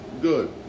good